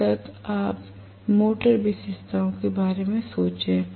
तब तकआप मोटर विशेषताओं के बारे में सोचें